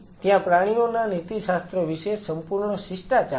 તેથી ત્યાં પ્રાણીઓના નીતિશાસ્ત્ર વિશે સંપૂર્ણ શિષ્ટાચાર છે